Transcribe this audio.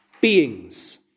beings